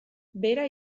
bera